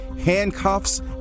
handcuffs